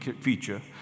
feature